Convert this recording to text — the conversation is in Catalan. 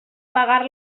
pagar